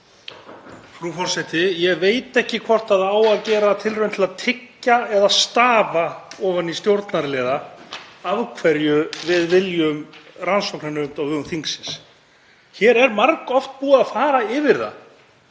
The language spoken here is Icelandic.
Frú forseti. Ég veit ekki hvort það á að gera tilraun til að tyggja eða stafa ofan í stjórnarliða af hverju við viljum rannsóknarnefnd á vegum þingsins. Hér er margoft búið að fara yfir það